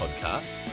podcast